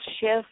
shift